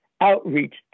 outreach